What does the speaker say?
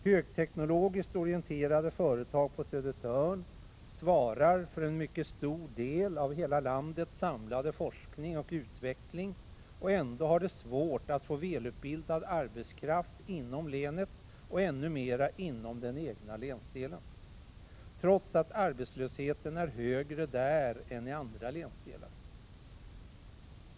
Högteknologiskt orienterade företag på Södertörn svarar för en mycket stor del av hela landets samlade forskning och utveckling — och ändå har de svårt att få välutbildad arbetskraft inom länet, och ännu mera inom den egna länsdelen, trots att arbetslösheten är högre där än i andra länsdelar.